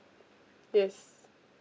yes